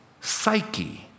Psyche